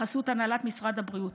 בחסות הנהלת משרד הבריאות,